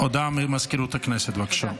הודעה לסגנית מזכיר הכנסת, בבקשה.